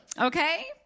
Okay